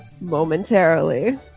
momentarily